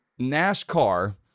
NASCAR